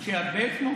משה ארבל שמו?